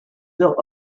built